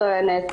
טוענת,